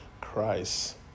christ